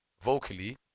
vocally